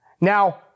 now